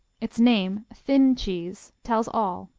its name, thin cheese, tells all.